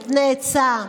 נותני עצה.